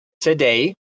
today